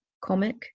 comic